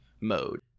mode